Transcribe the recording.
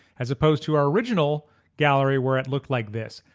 as opposed to our original gallery where it looked like this.